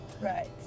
Right